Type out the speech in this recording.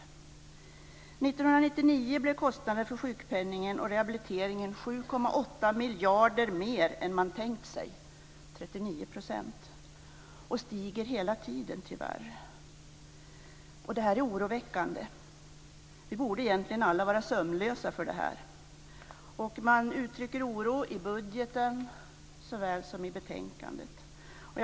1999 blev kostnaderna för sjukpenningen och rehabiliteringen 7,8 miljarder mer än man tänkt sig, eller 39 %. De stiger tyvärr hela tiden. Det här är oroväckande. Vi borde egentligen alla vara sömnlösa över det här. Man uttrycker oro i budgeten såväl som i betänkandet.